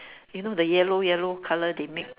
you know the yellow yellow colour they make